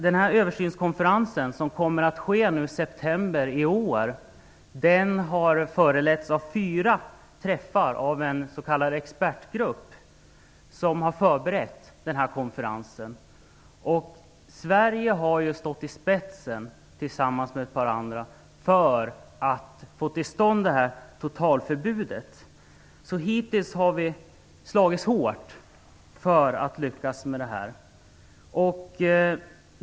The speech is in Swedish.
Denna översynskonferens, som kommer att äga rum i september i år, har föregåtts av fyra träffar i en s.k. expertgrupp som har förberett konferensen. Sverige har tillsammans med ett par andra länder gått i spetsen för att få till stånd ett totalförbud. Hittills har vi slagits hårt för att lyckas med detta.